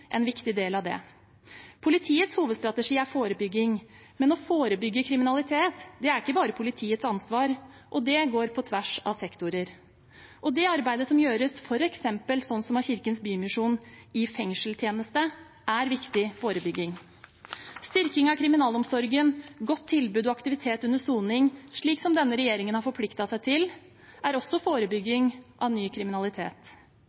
en viktig del av det. Politiets hovedstrategi er forebygging, men å forebygge kriminalitet er ikke bare politiets ansvar, det går på tvers av sektorer. Det arbeidet som gjøres av f.eks. Kirkens Bymisjon i fengselstjeneste, er viktig forebygging. Styrking av kriminalomsorgen, godt tilbud og aktivitet under soning, slik denne regjeringen har forpliktet seg til, er også